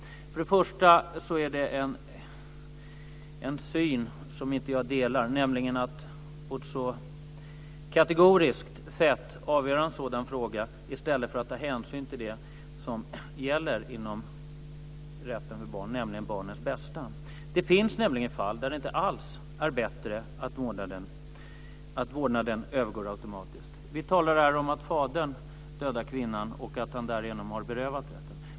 Det är en syn som jag inte delar att man på ett så kategoriskt sätt avgör en sådan fråga, i stället för att ta hänsyn till det som gäller inom rätten för barn - barnets bästa. Det finns nämligen fall där det inte alls är bättre att vårdnaden automatiskt går över. Vi talar här om att fadern dödar kvinnan och att han därigenom har berövats sin rätt.